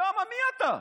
למה מי אתה?